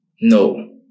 No